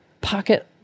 pocket